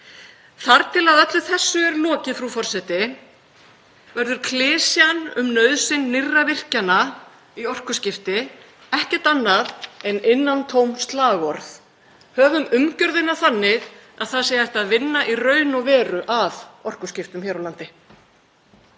Þar til að öllu þessu er lokið, frú forseti, verður klisjan um nauðsyn nýrra virkjana í orkuskipti ekkert annað en innantóm slagorð. Höfum umgjörðina þannig að í raun og veru sé hægt að vinna að orkuskiptum hér á landi.